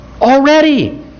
Already